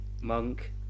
monk